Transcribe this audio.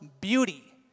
beauty